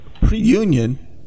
Pre-Union